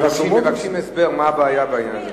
מבקשים הסבר מה הבעיה בעניין הזה.